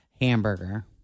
hamburger